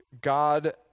God